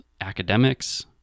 academics